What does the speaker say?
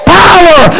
power